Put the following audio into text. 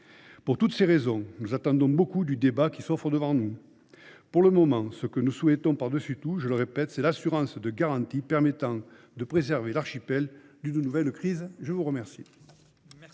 Pour toutes ces raisons, nous attendons beaucoup du débat qui s’offre à nous. Pour le moment, ce que nous souhaitons par dessus tout, je le répète, c’est l’assurance de garanties permettant de préserver l’archipel d’une nouvelle crise. La parole